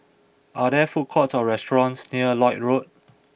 are there food courts or restaurants near Lloyd Road